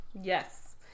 Yes